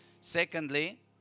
secondly